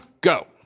go